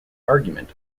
argument